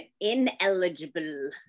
ineligible